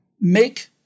make